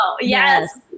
yes